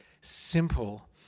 simple